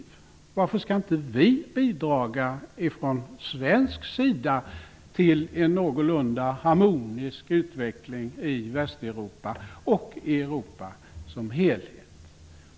Varför skall inte vi från svensk sida bidra till en någorlunda harmonisk utveckling i Västeuropa och i Europa som helhet?